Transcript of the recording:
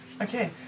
Okay